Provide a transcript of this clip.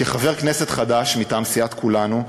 כחבר כנסת חדש מטעם סיעת כולנו,